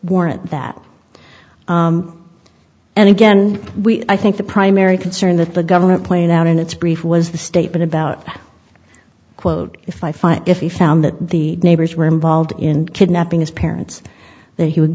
warrant that and again we i think the primary concern that the government played out in its brief was the statement about that quote if i fight if we found that the neighbors were involved in kidnapping his parents that he would